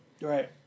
Right